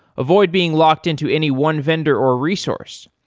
avoid being locked-in to any one vendor or resource.